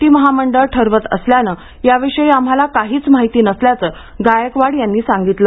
T महामंडळ ठरवत असल्यानं याविषयी आम्हाला काहीच माहिती नसल्याचे गायकवाड यांनी सांगितलं